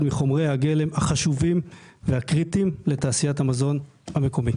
אחד מחומרי הגלם החשובים והקריטיים לתעשיית המזון המקומית.